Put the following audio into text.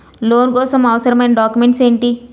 Loan కోసం అవసరమైన documents ఎంటి?